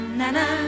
na-na